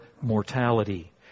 mortality